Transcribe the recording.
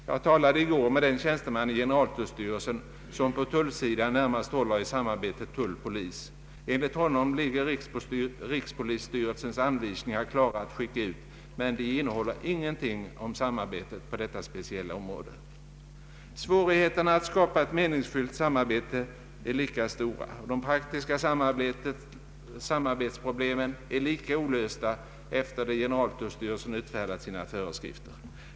Jag talade i går med den tjänsteman i generaltullstyrelsen som på tullsidan närmast håller i samarbetet tull—polis. Enligt honom ligger rikspolisstyrelsens anvisningar klara att skicka ut, men de innehåller ingenting om samarbete på detta speciella område. Svårigheterna att skapa ett meningsfullt samarbete är lika stora och de praktiska samarbetsproblemen lika olösta efter det att generaltullstyrelsen utfärdat sina föreskrifter.